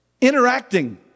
Interacting